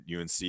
unc